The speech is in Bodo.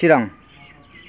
चिरां